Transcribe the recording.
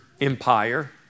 Empire